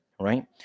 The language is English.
right